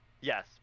Yes